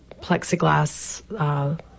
plexiglass